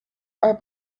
are